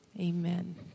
amen